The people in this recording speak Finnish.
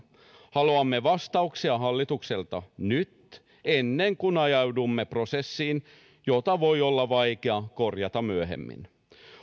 haluamme vastauksia hallitukselta nyt ennen kuin ajaudumme prosessiin jota voi olla vaikea korjata myöhemmin